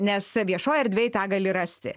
nes viešoj erdvėj tą gali rasti